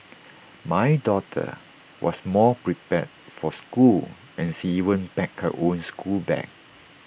my daughter was more prepared for school and she even packed her own schoolbag